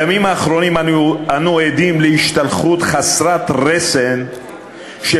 בימים האחרונים אנו עדים להשתלחות חסרת רסן של